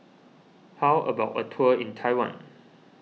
how about a tour in Taiwan